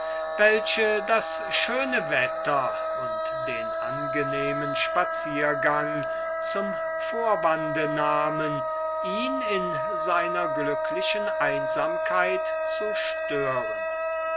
welche das schöne wetter und den angenehmen spaziergang zum vorwande nahmen ihn in seiner glücklichen einsamkeit zu stören